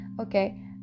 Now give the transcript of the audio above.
okay